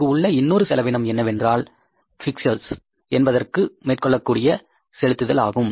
அங்கு உள்ள இன்னொரு செலவினம் என்னவென்றால் பிக்டர்ஸ் என்பதற்கு மேற்கொள்ளவேண்டிய செலுத்துதல் ஆகும்